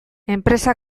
enpresa